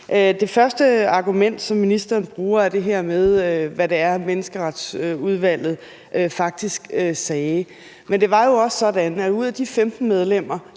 Det første argument, som ministeren bruger, er det her med, hvad det var Menneskeretsudvalget faktisk sagde. Men det var jo også sådan, at ud af de 15 medlemmer,